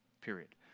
period